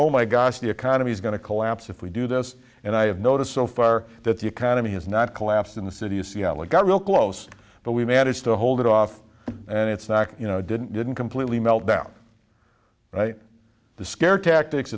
oh my gosh the economy is going to collapse if we do this and i have noticed so far that the economy has not collapsed in the city of seattle it got real close but we managed to hold it off and it's not you know didn't didn't completely melt down the scare tactics